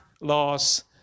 laws